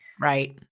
Right